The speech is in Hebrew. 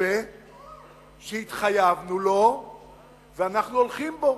מתווה שהתחייבנו לו ואנחנו הולכים בו.